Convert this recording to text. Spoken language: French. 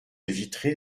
vitrée